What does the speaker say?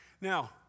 Now